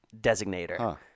designator